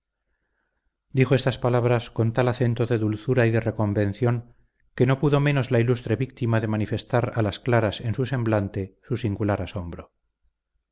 dijo estas palabras con tal acento de dulzura y de reconvención que no pudo menos la ilustre víctima de manifestar a las claras en su semblante su singular asombro